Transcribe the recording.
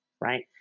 right